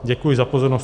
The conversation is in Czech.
Děkuji za pozornost.